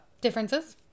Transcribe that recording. differences